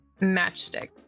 matchstick